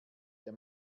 der